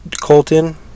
Colton